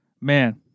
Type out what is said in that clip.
Man